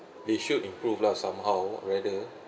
they should improve lah somehow rather